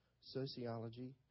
Sociology